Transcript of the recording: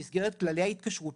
במסגרת כללי ההתקשרות,